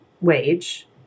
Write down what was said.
wage